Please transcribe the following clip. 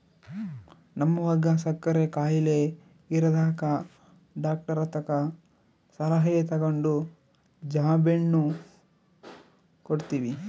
ನಮ್ವಗ ಸಕ್ಕರೆ ಖಾಯಿಲೆ ಇರದಕ ಡಾಕ್ಟರತಕ ಸಲಹೆ ತಗಂಡು ಜಾಂಬೆಣ್ಣು ಕೊಡ್ತವಿ